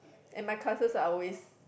and my classes are always